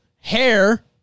hair